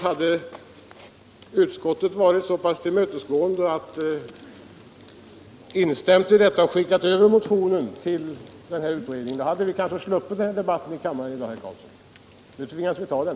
Hade utskottet varit så tillmötesgående att det hade skickat över motionen till utredningen, hade vi kanske sluppit debatten i kammaren i dag. Nu tvingas vi ta den.